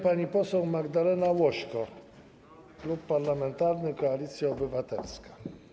Pani poseł Magdalena Łośko, Klub Parlamentarny Koalicja Obywatelska.